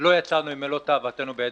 לא יצאנו עם מלוא תאוותנו בידינו,